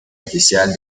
oficial